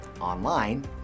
Online